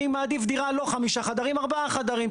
אז אני מעדיף דירה לא של חמישה חדרים אלא ארבעה חדרים.